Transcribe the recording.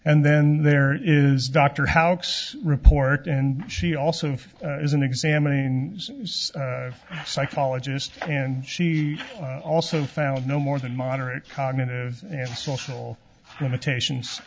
and then there is dr house report and she also is an examining psychologist and she also found no more than moderate cognitive and social limitations